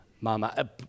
mama